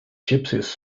gypsies